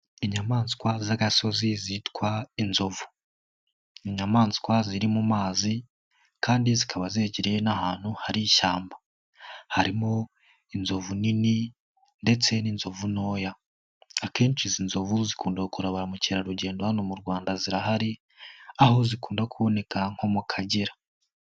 Inyamaswa z'agasozi zitwa inzovu, ni inyamaswa ziri mu mazi kandi zikaba zegereye n'ahantu hari ishyamba, harimo inzovu nini ndetse n'inzovu ntoya, akenshi izi nzovu zikunda gukurura ba mukerarugendo hano mu Rwanda zirahari, aho zikunda kuboneka nko mu Kagera.